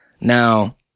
Now